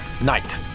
night